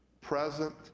present